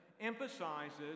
emphasizes